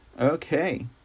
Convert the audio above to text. Okay